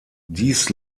dies